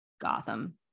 Gotham